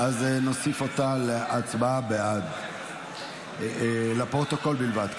נוסיף אותה להצבעה בעד, לפרוטוקול בלבד.